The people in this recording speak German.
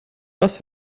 was